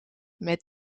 met